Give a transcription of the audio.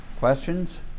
Questions